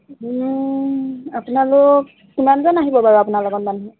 আপোনালোক কিমানজন আহিব বাৰু আপোনাৰ লগত মানুহ